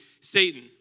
Satan